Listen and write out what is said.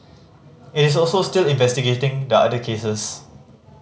it is also still investigating the other cases